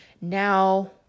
now